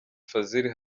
fazil